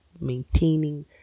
maintaining